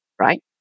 right